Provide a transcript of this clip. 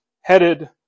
headed